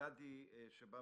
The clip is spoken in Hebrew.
גדי כהן,